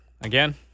again